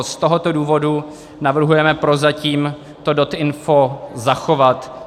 Z tohoto důvodu navrhujeme prozatím to DotInfo zachovat.